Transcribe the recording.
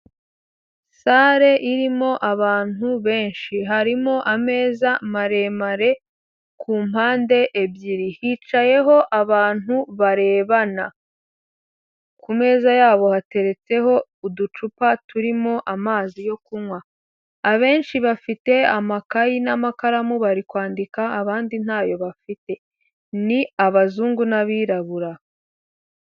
Sale irimo abantu benshi, harimo ameza maremare ku mpande ebyiri, hicayeho abantu barebana ku meza yabo hateretseho uducupa turimo amazi yo kunywa, abenshi bafite amakayi n'amakaramu bari kwandika, abandi ntayo bafite, ni abazungu n'abirabura.